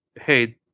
Hey